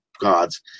gods